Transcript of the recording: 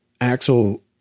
Axel